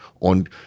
on